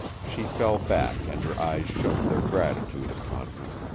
she fell back and her eyes shone their gratitude upon him.